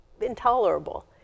intolerable